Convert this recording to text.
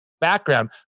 background